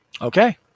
Okay